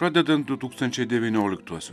pradedant du tūkstančiai devynioliktuosius